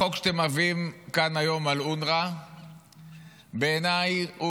החוק שאתם מביאים כאן היום על אונר"א בעיניי הוא